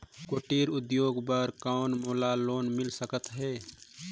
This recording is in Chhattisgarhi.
कुटीर उद्योग बर कौन मोला लोन मिल सकत हे?